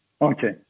Okay